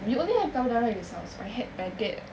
we only have carbonara in this house I had my dad